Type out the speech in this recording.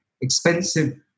expensive